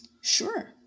Sure